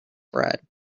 bread